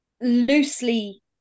loosely